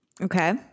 Okay